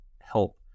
help